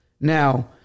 Now